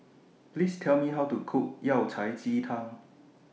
Please Tell Me How to Cook Yao Cai Ji Tang